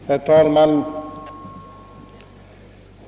Herr talman!